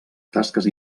tasques